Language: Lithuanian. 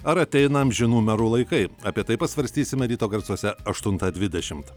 ar ateina amžinų merų laikai apie tai pasvarstysime ryto garsuose aštuntą dvidešimt